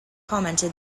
commented